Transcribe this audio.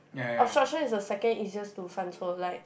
obstruction is the second easiest to 犯错 like